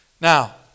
Now